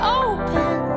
open